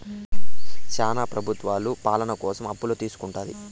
శ్యానా ప్రభుత్వాలు పాలన కోసం అప్పులను తీసుకుంటుంది